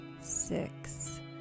six